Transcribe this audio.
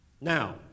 Now